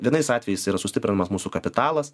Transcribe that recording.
vienais atvejais yra sustiprinamas mūsų kapitalas